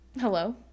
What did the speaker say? Hello